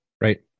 Right